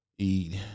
eat